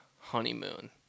Honeymoon